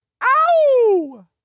Ow